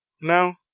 no